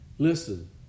Listen